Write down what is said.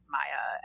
Maya